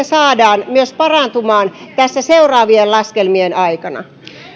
saadaan myös parantumaan tässä seuraavien laskelmien aikana